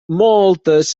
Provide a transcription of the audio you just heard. moltes